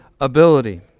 ability